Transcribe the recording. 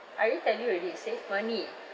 I already tell you already save money